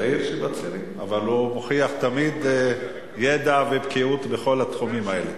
אבל הוא מוכיח תמיד ידע ובקיאות בכל התחומים האלה.